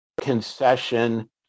concession